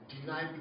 deny